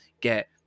get